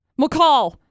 McCall